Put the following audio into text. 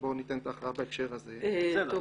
שבו ניתנת ההכרעה בהקשר הזה --- טוב,